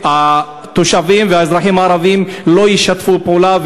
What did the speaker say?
והתושבים והאזרחים הערבים לא ישתפו פעולה,